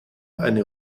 eine